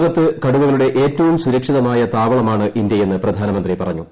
ലോകത്ത് കടുവകളുടെ ഏറ്റവും സുരക്ഷിതമായ താവളമാണ് ഇന്ത്യയെന്ന് പ്രധാനമന്ത്രി പറഞ്ഞു